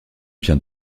vient